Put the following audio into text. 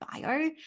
bio